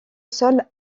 sol